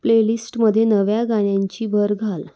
प्लेलिस्टमध्ये नव्या गाण्यांची भर घाल